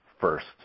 first